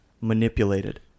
manipulated